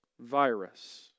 virus